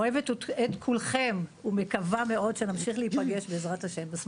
אוהבת את כולכם ומקווה מאוד שנמשיך להיפגש בעזרת ה' בשמחות.